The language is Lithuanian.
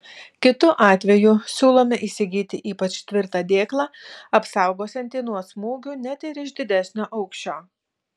kitu atveju siūlome įsigyti ypač tvirtą dėklą apsaugosiantį nuo smūgių net ir iš didesnio aukščio